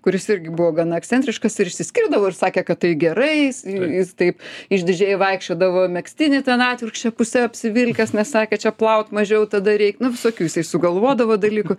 kuris irgi buvo gana ekscentriškas ir išsiskirdavo ir sakė kad tai gerai jis jis taip išdidžiai vaikščiodavo megztinį ten atvirkščia puse apsivilkęs nes sakė čia plaut mažiau tada reik nu visokių jisai sugalvodavo dalykų